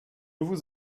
vous